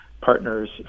partners